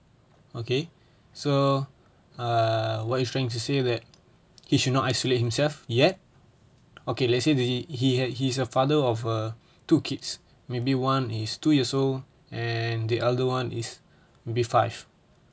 okay so err what you trying to say that he should not isolate himself yet okay let's say that he he had he's a father of uh two kids maybe one is two years old and the other one is maybe five